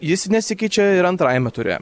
jis nesikeičia ir antrajame ture